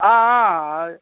ಹಾಂ ಹಾಂ